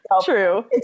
true